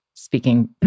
speaking